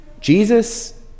Jesus